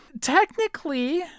technically